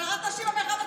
הדרת נשים במרחב הציבורי,